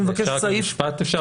אפשר רק משפט?